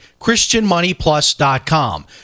christianmoneyplus.com